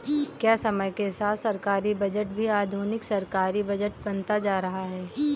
क्या समय के साथ सरकारी बजट भी आधुनिक सरकारी बजट बनता जा रहा है?